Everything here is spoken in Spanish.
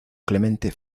clemente